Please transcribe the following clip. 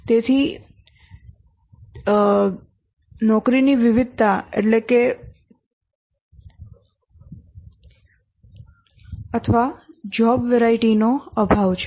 તેથી નોકરીની વિવિધતાનો અભાવ છે